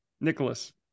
Nicholas